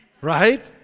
right